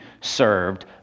served